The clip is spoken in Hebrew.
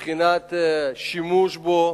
מבחינת שימוש בו,